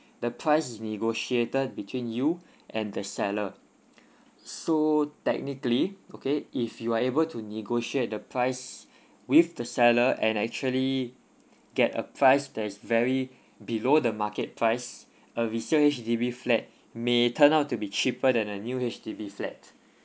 the price is negotiated between you and the seller so technically okay if you are able to negotiate the price with the seller and actually get a price that's very below the market price a resale H_D_B flat may turn out to be cheaper than a new H_D_B flat